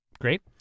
Great